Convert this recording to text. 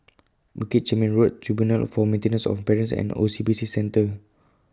Bukit Chermin Road Tribunal For Maintenance of Parents and O C B C Centre